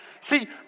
See